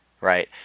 right